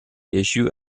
issue